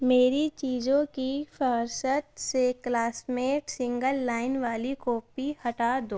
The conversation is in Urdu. میری چیزوں کی فہرست سے کلاس میٹ سنگل لائن والی کاپی ہٹا دو